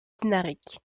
dinariques